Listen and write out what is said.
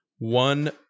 One